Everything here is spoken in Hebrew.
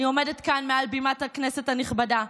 אני עומדת כאן מעל בימת הכנסת הנכבדה,